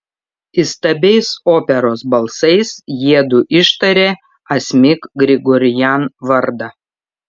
įstabiais operos balsais jiedu ištarė asmik grigorian vardą